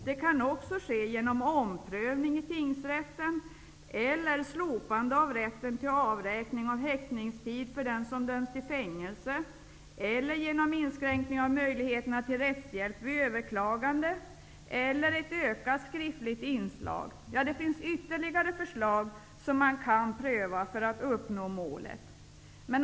Det kan också ske genom omprövning i tingsrätten eller slopande av rätten till avräkning av häktningstid för den som dömts till fängelse. Det kan ske genom inskränkning av möjligheterna till rättshjälp vid överklagande eller ett ökat skriftligt inslag. Ja, det finns ytterligare förslag som man kan pröva för att uppnå målet.